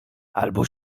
albo